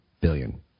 billion